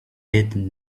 did